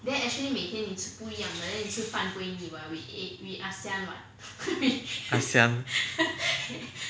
asian